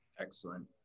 Excellent